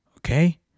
Okay